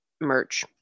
merch